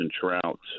trout